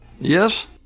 Yes